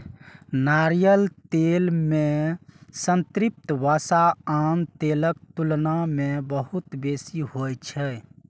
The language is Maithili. नारियल तेल मे संतृप्त वसा आन तेलक तुलना मे बहुत बेसी होइ छै